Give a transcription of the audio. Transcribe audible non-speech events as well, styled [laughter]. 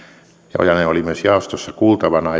ja ojanen oli myös jaostossa kuultavana [unintelligible]